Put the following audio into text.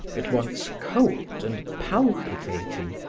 at once cold and palpitating,